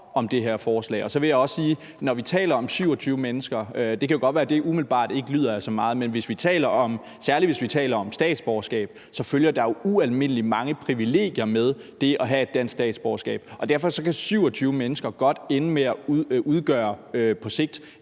om det her forslag. Så vil jeg sige, at når vi taler om 27 mennesker, kan det godt være, at det umiddelbart ikke lyder af så meget, men særlig hvis vi taler om statsborgerskab, følger der jo ualmindelig mange privilegier med det at have et dansk statsborgerskab, og derfor kan 27 mennesker godt ende med på sigt